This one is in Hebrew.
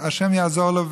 ה' יעזור לו,